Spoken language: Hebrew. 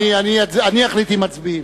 אני אחליט אם מצביעים.